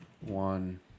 one